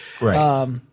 Right